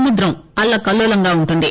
సముద్రం అల్లకల్లోలంగా ఉంటుంది